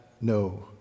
no